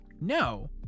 no